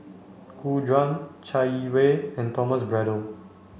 Gu Juan Chai Yee Wei and Thomas Braddell